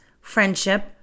friendship